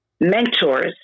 mentors